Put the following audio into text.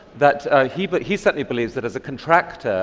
that he but he certainly believes that as a contractor,